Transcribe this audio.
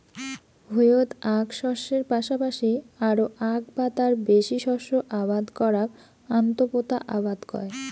ভুঁইয়ত আক শস্যের পাশাপাশি আরো আক বা তার বেশি শস্য আবাদ করাক আন্তঃপোতা আবাদ কয়